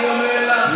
אני אומר לך,